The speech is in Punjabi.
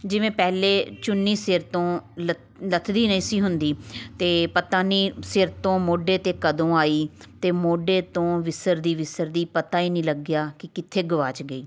ਜਿਵੇਂ ਪਹਿਲੇ ਚੁੰਨੀ ਸਿਰ ਤੋਂ ਲੱ ਲੱਥਦੀ ਨਹੀਂ ਸੀ ਹੁੰਦੀ ਅਤੇ ਪਤਾ ਨਹੀਂ ਸਿਰ ਤੋਂ ਮੋਢੇ 'ਤੇ ਕਦੋਂ ਆਈ ਅਤੇ ਮੋਢੇ ਤੋਂ ਵਿਸਰਦੀ ਵਿਸਰਦੀ ਪਤਾ ਹੀ ਨਹੀਂ ਲੱਗਿਆ ਕਿ ਕਿੱਥੇ ਗੁਆਚ ਗਈ